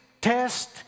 test